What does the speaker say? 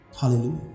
Hallelujah